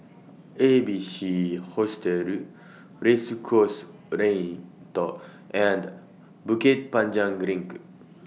A B C Hostel Race Course Lane and Bukit Panjang LINK